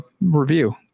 review